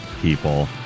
people